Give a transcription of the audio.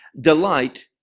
delight